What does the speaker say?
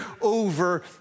over